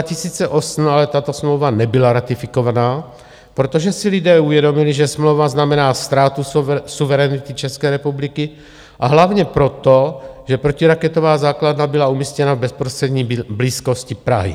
V roce 2008 ale tato smlouva nebyla ratifikovaná, protože si lidé uvědomili, že smlouva znamená ztrátu suverenity České republiky, a hlavně proto, že protiraketová základna byla umístěna v bezprostřední blízkosti Prahy.